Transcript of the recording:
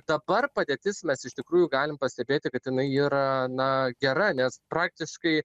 dabar padėtis mes iš tikrųjų galim pastebėti kad jinai yra na gera nes praktiškai